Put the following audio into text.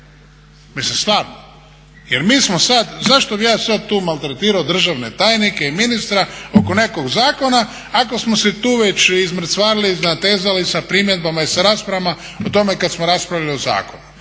mi smo sad, zašto bih ja sad tu maltretirao državne tajnike i ministra oko nekog zakona ako smo se tu već izmrcvarili, iznatezali sa primjedbama i sa raspravama o tome kad smo raspravili o zakonu.